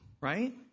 right